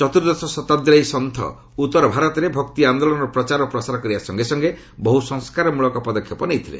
ଚତୁର୍ଦ୍ଦଶ ଶତାବ୍ଦୀର ଏହି ସନ୍ଥ ଉତ୍ତର ଭାରତରେ ଭକ୍ତିଆନ୍ଦୋଳନର ପ୍ରଚାର ଓ ପ୍ରସାର କରିବା ସଙ୍ଗେ ସଙ୍ଗେ ବହୁ ସଂସ୍କାରମୂଳକ ପଦକ୍ଷେପ ନେଇଥିଲେ